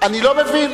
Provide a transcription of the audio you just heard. אני לא מבין,